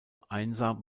einsam